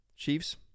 Chiefs